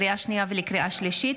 לקריאה שנייה ולקריאה שלישית: